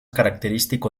característico